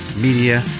media